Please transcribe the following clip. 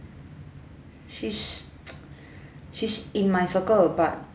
she's she's in my circle but